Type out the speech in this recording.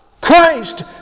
Christ